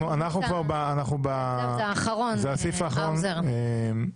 זה הסעיף האחרון בסדר היום.